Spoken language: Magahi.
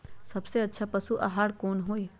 सबसे अच्छा पशु आहार कोन हई?